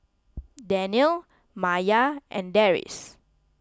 Danial Maya and Deris